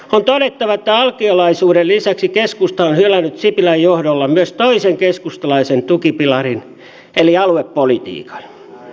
on todettava että alkiolaisuuden lisäksi keskusta on hylännyt sipilän johdolla myös toisen keskustalaisen tukipilarin eli aluepolitiikan